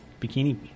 bikini